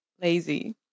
lazy